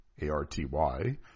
A-R-T-Y